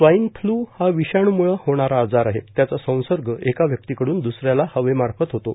swine flu हा विषाणू मुळे होणारा आजार आहे त्याचा संसर्ग एका व्यक्तीकडून द्सऱ्याला हवेमार्फत होतो